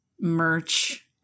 merch